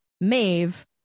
Maeve